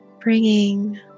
Bringing